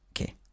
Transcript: okay